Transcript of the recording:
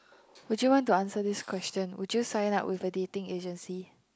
would you want to answer this question would you sign up with a dating agency